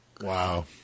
Wow